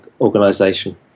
organization